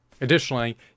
Additionally